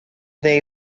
they